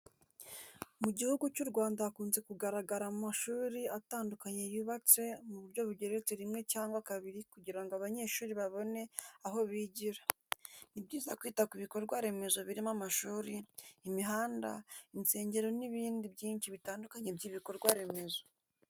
Mu Gihugu cy'u Rwanda hakunze kugaragara amashuri atandukanye yubatse mu buryo bugeretse rimwe cyangwa kabiri kugira ngo abanyeshuri babone aho bigira. Ni byiza kwita ku bikorwa remezo birimo amashuri, imihanda, insengero n'ibindi byinshi bitandukanye by'ibikorwa remezo.